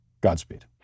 Godspeed